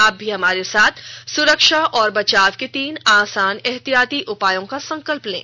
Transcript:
आप भी हमारे साथ सुरक्षा और बचाव के तीन आसान एहतियाती उपायों का संकल्प लें